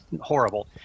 horrible